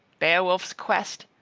beowulf's quest,